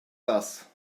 das